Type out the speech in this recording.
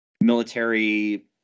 military